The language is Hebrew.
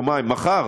מחר,